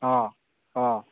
অঁ অঁ